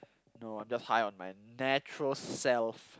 no I'm just high on my natural self